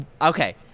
Okay